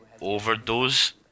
overdose